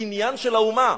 קניין של האומה,